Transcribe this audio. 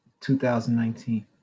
2019